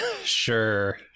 Sure